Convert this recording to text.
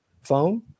phone